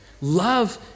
Love